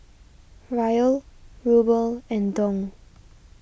Riyal Ruble and Dong